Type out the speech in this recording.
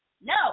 No